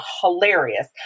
hilarious